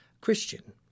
Christian